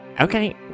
okay